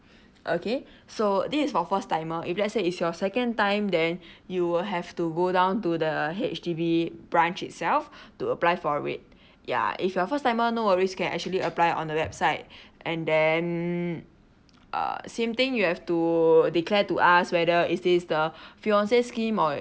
okay so this is for first timer if let's say it's your second time then you will have to go down to the H_D_B branch itself to apply for it ya if you're first timer no worries you can actually apply on the website and then uh same thing you have to declare to us whether is this the fiancee scheme or